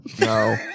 no